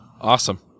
Awesome